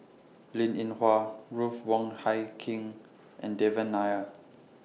Linn in Hua Ruth Wong Hie King and Devan Nair